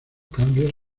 cambios